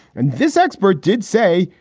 and this expert did say,